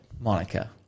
Monica